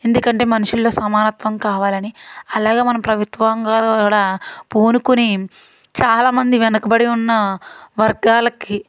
ఎందుకంటే మనుషుల్లో సమానత్వం కావాలని అలాగే మన ప్రభుత్వంగాలు కూడా పూనుకొని చాలామంది వెనుకబడి ఉన్న వర్గాలకి